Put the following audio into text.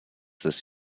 this